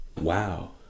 Wow